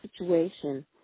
situation